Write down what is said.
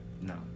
no